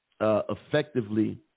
effectively